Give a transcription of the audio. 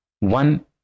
One